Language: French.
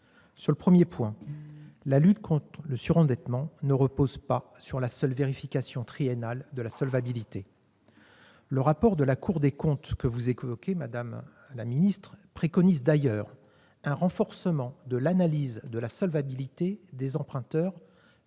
mesures législatives. La lutte contre le surendettement ne repose pas sur la seule vérification triennale de la solvabilité. Le rapport de la Cour des comptes que vous avez évoqué, madame la ministre, préconise d'ailleurs un renforcement de l'analyse de la solvabilité des emprunteurs